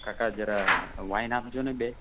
કાકા જરા વાઇન આપજો ને બે